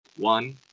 one